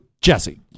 JESSE